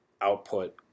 output